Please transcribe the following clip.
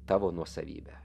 tavo nuosavybe